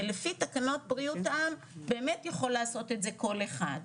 ולפי תקנות בריאות העם באמת יכול לעשות את זה כל אחד.